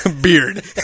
beard